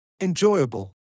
enjoyable